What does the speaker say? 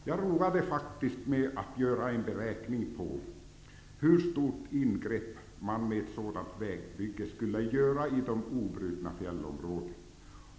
Jag roade mig faktiskt med att göra en beräkning av hur stort ingrepp ett sådant vägbygge skulle göra i de obrutna fjällområdena.